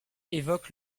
évoque